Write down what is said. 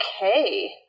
Okay